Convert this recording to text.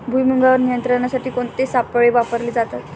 भुईमुगावर नियंत्रणासाठी कोणते सापळे वापरले जातात?